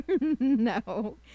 No